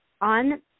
on